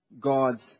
God's